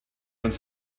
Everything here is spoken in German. uns